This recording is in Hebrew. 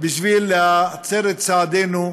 כדי להצר את צעדינו,